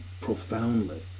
profoundly